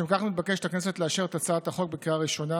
לשם כך מתבקשת הכנסת לאשר את הצעת החוק בקריאה ראשונה